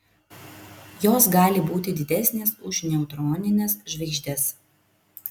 jos gali būti didesnės už neutronines žvaigždes